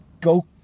go